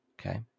Okay